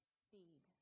speed